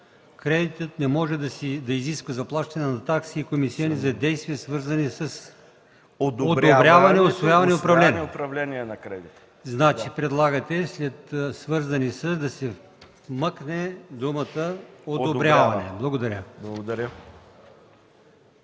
„кредиторът не може да изисква заплащане на такси и комисиони за действия, свързани с одобряване, усвояване и управление на кредита”. Значи предлагате след „свързани с” да се вмъкне думата „одобряване”. Благодаря.